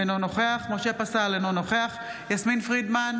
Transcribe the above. אינו נוכח משה פסל, אינו נוכח יסמין פרידמן,